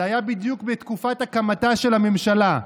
זה היה בדיוק בתקופת הקמתה של הממשלה: